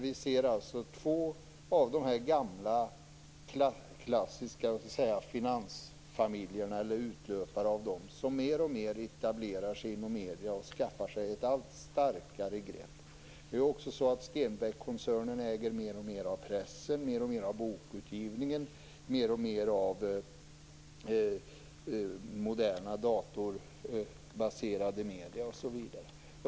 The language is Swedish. Vi ser alltså två av de gamla klassiska finansfamiljerna, eller utlöpare av dem, som mer och mer etablerar sig inom medierna och skaffar sig ett allt starkare grepp. Det är också så att Stenbeckkoncernen äger mer och mer av pressen, mer och mer av bokutgivningen, mer och mer av moderna datorbaserade medier osv.